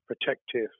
protective